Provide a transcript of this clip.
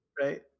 Right